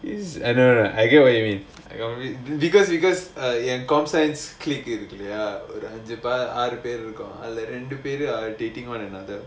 is I know I get what you mean I got because because I am com science kid இருக்குலையா அது ஒரு அஞ்சு பேரு ஆறு பேரு இருக்கும்:irukkulaiyaa adhu oru anju peru aaru peru irukkum are dating one another